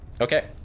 Okay